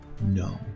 No